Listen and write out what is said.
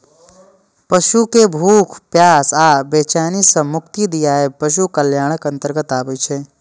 पशु कें भूख, प्यास आ बेचैनी सं मुक्ति दियाएब पशु कल्याणक अंतर्गत आबै छै